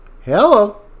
Hello